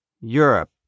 Europe